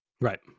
right